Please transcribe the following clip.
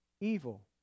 evil